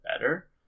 better